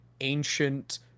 ancient